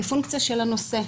כפונקציה של הנושא.